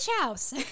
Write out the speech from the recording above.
house